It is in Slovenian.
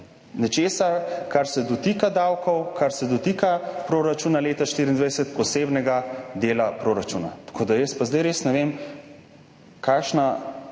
nečesa, kar se dotika davkov, kar se dotika proračuna leta 2024, posebnega dela proračuna. Tako da jaz pa zdaj res ne vem, kakšna